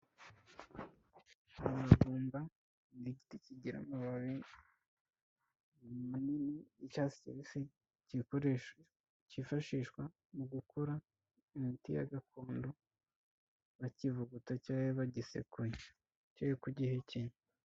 Umuravumba nigiti kigira amababi, manini yicyatsi kibisi kikoresho cyifashishwa mu gukora imiti ya gakondo bakivuguta cya bagisekuye cya ku gihekenya.